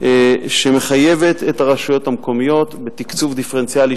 שמחייבת את הרשויות המקומיות בתקצוב דיפרנציאלי,